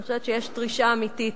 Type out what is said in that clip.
אני חושבת שיש דרישה אמיתית